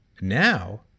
Now